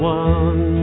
one